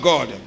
God